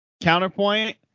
Counterpoint